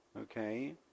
okay